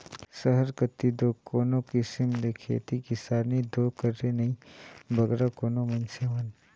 सहर कती दो कोनो किसिम ले खेती किसानी दो करें नई बगरा कोनो मइनसे मन